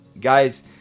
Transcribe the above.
Guys